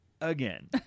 again